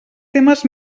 temes